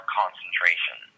concentration